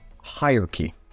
hierarchy